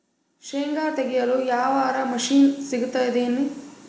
ಶೇಂಗಾ ತೆಗೆಯಲು ಯಾವರ ಮಷಿನ್ ಸಿಗತೆದೇನು?